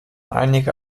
einige